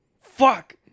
Fuck